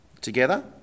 together